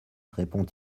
répond